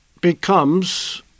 becomes